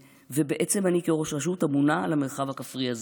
ובעצם אני כראש רשות אמונה על המרחב הכפרי הזה,